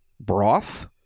broth